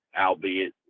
albeit